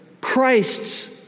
Christ's